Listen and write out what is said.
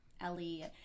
ellie